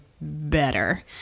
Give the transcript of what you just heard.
better